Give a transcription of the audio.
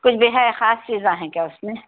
کچھ بھی ہے خاص چیزاں ہے کیا اس میں